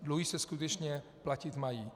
Dluhy se skutečně platit mají.